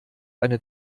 eine